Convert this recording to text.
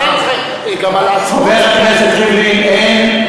חבר הכנסת ריבלין,